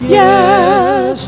yes